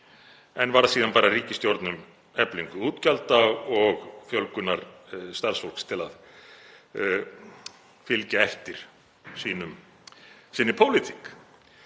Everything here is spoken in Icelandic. en var síðan bara ríkisstjórn um eflingu útgjalda og fjölgunar starfsfólks til að fylgja eftir sinni pólitík.